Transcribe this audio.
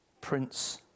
Prince